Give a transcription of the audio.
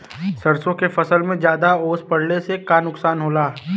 सरसों के फसल मे ज्यादा ओस पड़ले से का नुकसान होला?